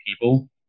people